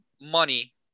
money